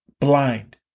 blind